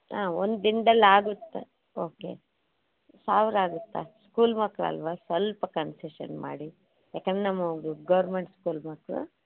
ಆಂ ಒಂದಿನ್ದಲ್ಲಿ ಆಗುತ್ತಾ ಓಕೆ ಸಾವಿರ ಆಗುತ್ತಾ ಸ್ಕೂಲ್ ಮಕ್ಕಳಲ್ವಾ ಸ್ವಲ್ಪ ಕನ್ಸೆಶನ್ ಮಾಡಿ ಯಾಕನ್ರ್ ನಮ್ಮವು ಗೌರ್ಮೆಂಟ್ ಸ್ಕೂಲ್ ಮಕ್ಕಳು